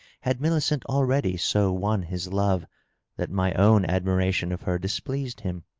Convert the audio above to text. had millicent already so won his love that my own admiration of her dis pleased him?